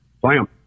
Blam